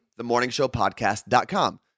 themorningshowpodcast.com